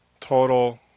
total